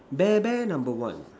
bear bear number one